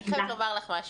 אני חייבת לומר לך משהו.